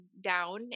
down